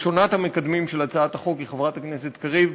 ראשונת המקדמים של הצעת החוק היא חברת הכנסת קריב,